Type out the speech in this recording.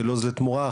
של עוז ותמורה,